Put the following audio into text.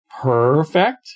perfect